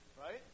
Right